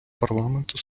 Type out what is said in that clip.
парламенту